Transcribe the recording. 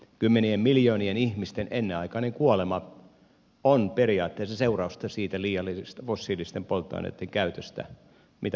kymmenien miljoonien ihmisten ennenaikainen kuolema on periaatteessa seurausta siitä liiallisesta fossiilisten polttoaineitten käytöstä mitä maailmassa käytetään